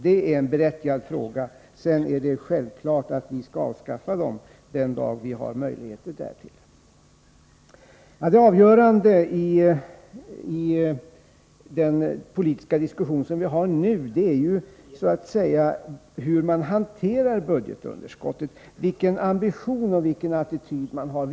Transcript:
Det är berättigade frågor. Sedan är det självklart att de ickesocialistiska partierna skall avskaffa fonderna den dag vi har möjligheter därtill. Det avgörande i den politiska diskussion som vi nu för är hur man hanterar budgetunderskottet — vilken ambition och attityd som man har.